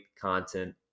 content